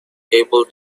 able